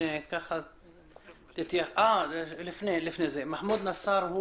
נשמע את מחמוד נאסר,